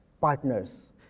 partners